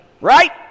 right